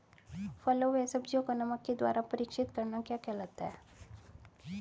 फलों व सब्जियों को नमक के द्वारा परीक्षित करना क्या कहलाता है?